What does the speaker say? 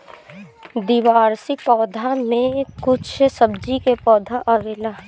द्विवार्षिक पौधा में कुछ सब्जी के पौधा आवेला